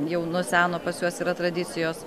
jau nuo seno pas juos yra tradicijos